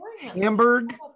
hamburg